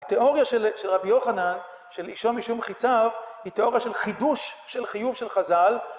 התיאוריה של רבי יוחנן של אישו משום חציו היא תיאוריה של חידוש של חיוב של חזל